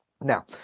Now